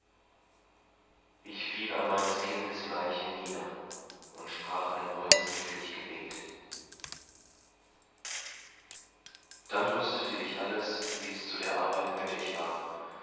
ich fiel an meines kindes leiche nieder und sprach ein brünstiglich gebet dann rüstete ich alles wie es zu der arbeit nöthig war